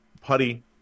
Putty